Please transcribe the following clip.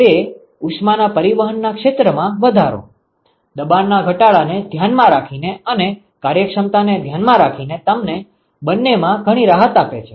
તો તે ઉષ્માના પરિવહનના ક્ષેત્રમાં વધારોદબાણના ઘટાડાને ધ્યાનમાં રાખીને અને કાર્યક્ષમતાને ધ્યાનમાં રાખીને તમને બંનેમાં ઘણી રાહત આપે છે